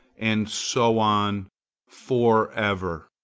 and so on for ever.